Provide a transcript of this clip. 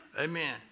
Amen